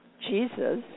Jesus